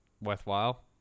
worthwhile